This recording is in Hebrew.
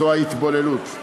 זו ההתבוללות.